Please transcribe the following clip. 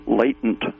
latent